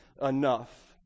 enough